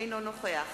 אינו נוכח